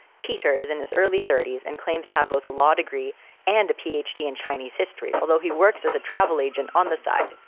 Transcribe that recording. peter is in his early thirty s and claims to have both a law degree and a p. h. d in chinese history. although he works as a travel agent on the side,